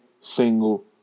single